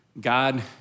God